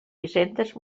hisendes